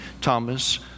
Thomas